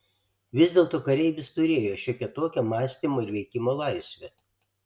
vis dėlto kareivis turėjo šiokią tokią mąstymo ir veikimo laisvę